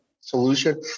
solution